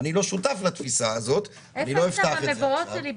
אני גדלתי במדינה שבה המדינה עשתה הכל.